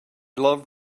love